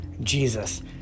Jesus